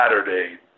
Saturday